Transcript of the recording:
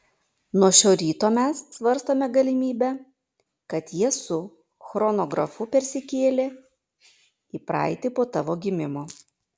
nuo šio ryto mes svarstome galimybę kad jie su chronografu persikėlė į praeitį po tavo gimimo